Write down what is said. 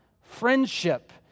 friendship